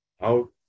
out